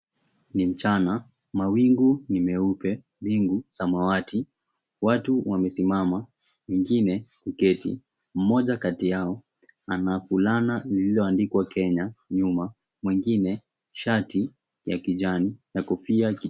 Ni mchana, mawingu ni meupe, mbingu samawati. Watu wamesimama wengine kuketi, mmoja kati yao ana fulana lililoandikwa Kenya nyuma, mwengine shati ya kijani na kofia